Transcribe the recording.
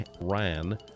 Ran